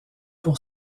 pour